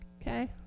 Okay